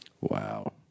Wow